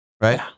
right